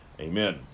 Amen